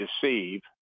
deceive